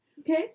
Okay